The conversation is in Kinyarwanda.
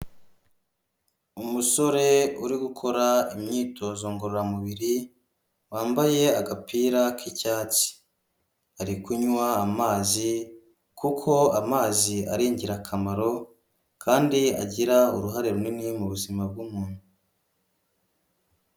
umusore uri gukora imyitozo ngororamubiri, wambaye agapira k'icyatsi, ari kunywa amazi, kuko amazi ari ingirakamaro, kandi agira uruhare runini mu buzima bw'umuntu.